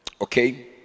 Okay